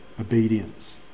obedience